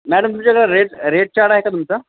madam तुमच्याकडे rate rate chart आहे का तुमचा